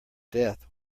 death